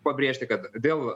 pabrėžti kad dėl